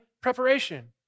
preparation